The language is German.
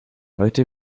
heute